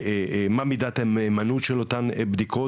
מה מידת המהימנות של אותן בדיקות,